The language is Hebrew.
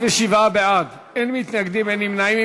47, בעד, אין מתנגדים, אין נמנעים.